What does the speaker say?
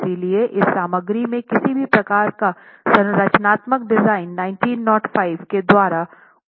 इसलिए इस सामग्री के किसी भी प्रकार का संरचनात्मक डिजाइन 1905 के कोड द्वारा शासित है